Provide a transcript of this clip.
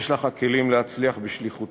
יש לך הכלים להצליח בשליחותך.